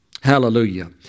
Hallelujah